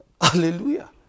Hallelujah